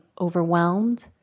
overwhelmed